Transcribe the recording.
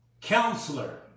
Counselor